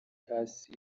hasi